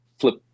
flip